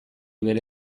bere